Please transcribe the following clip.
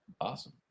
Awesome